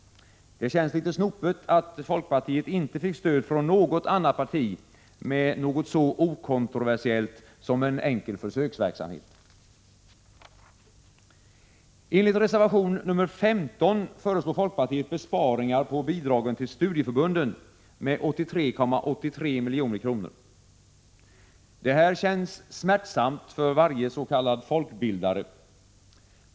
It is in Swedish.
Det känns litet snopet, att folkpartiet inte fick stöd från något annat parti med något så okontroversiellt som en enkel försöksverksamhet. I reservation nr 15 föreslår folkpartiet besparingar på bidragen till studieförbunden med 83,83 milj.kr. Det här känns smärtsamt för varje s.k. folkbildare.